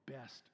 best